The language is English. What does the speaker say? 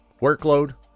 workload